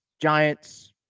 Giants